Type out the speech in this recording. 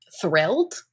thrilled